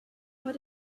what